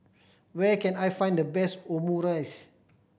where can I find the best Omurice